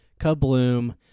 Kabloom